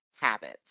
habits